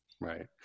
right